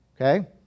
okay